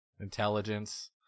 intelligence